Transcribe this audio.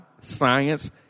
science